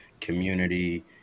community